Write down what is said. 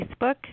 Facebook